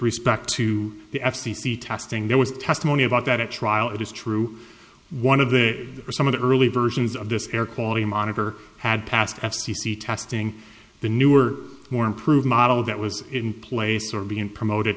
respect to the f c c testing there was testimony about that at trial it is true one of the some of the early versions of this air quality monitor had passed f c c testing the newer more improved model that was in place or being promoted